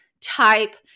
type